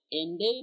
ended